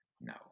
No